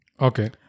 Okay